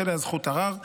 ויש עליה זכות ערר.